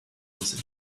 was